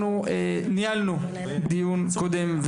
אנחנו ניהלנו דיון קודם,